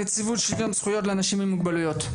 נציבות שוויון זכויות לאנשים עם מוגבלויות.